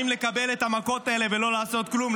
לקבל את המכות האלה ולא לעשות כלום.